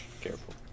Careful